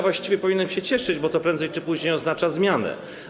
Właściwie powinienem się cieszyć, bo to prędzej czy później oznacza zmianę.